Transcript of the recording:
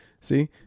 See